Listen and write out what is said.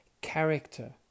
character